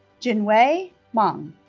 jingwei meng